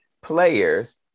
players